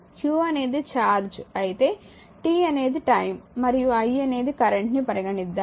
q అనేది charge అయితే t అనేది టైమ్ మరియు i అనేది కరెంట్ అని పరిగణిద్దాము